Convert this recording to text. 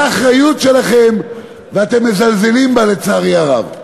זו האחריות שלכם, ואתם מזלזלים בה, לצערי הרב.